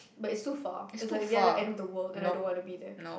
but it's too far it's like the other end of the world and I don't want to be there